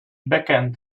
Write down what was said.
backend